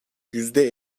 yüzde